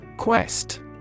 Quest